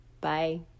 Bye